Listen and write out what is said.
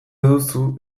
duzu